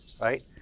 Right